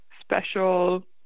special